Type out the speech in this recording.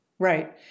Right